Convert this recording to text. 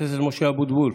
חבר הכנסת משה אבוטבול,